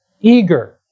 eager